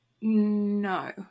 no